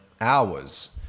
hours